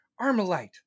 Armalite